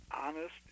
honest